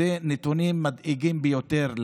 אלה נתונים מדאיגים ביותר.